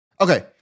Okay